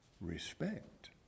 respect